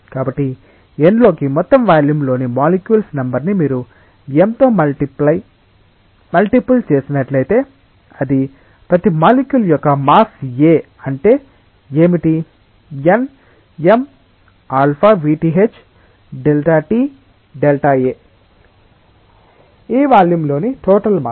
కాబట్టి n లోకి మొత్తం వాల్యూమ్లోని మాలిక్యుల్స్ నెంబర్ ని మీరు m తో మల్టీపుల్ చేసినట్లయితే అది ప్రతి మాలిక్యుల్ యొక్క మాస్ A అంటే ఏమిటి nmαvthΔtΔA ఈ వాల్యూమ్లోని టోటల్ మాస్